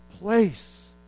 place